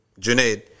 junaid